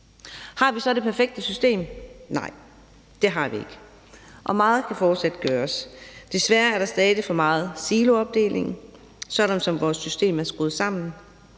Har vi så det perfekte system? Nej, det har vi ikke. Meget kan fortsat gøres. Desværre er der stadig for meget siloopdeling, sådan som vores system er skruet sammen.